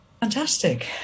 fantastic